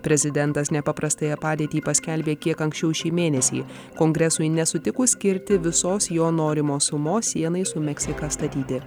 prezidentas nepaprastąją padėtį paskelbė kiek anksčiau šį mėnesį kongresui nesutikus skirti visos jo norimos sumos sienai su meksika statyti